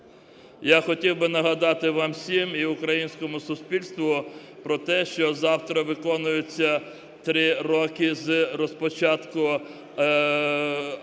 Я хотів би нагадати вам всім і українському суспільству про те, що завтра виконується 3 роки з початку акції